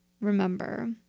remember